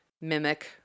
mimic